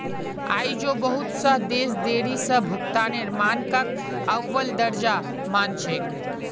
आई झो बहुत स देश देरी स भुगतानेर मानकक अव्वल दर्जार मान छेक